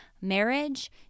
marriage